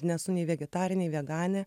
nesu nei vegetarė nei veganė